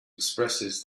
expresses